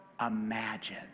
imagine